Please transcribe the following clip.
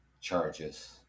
charges